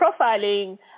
profiling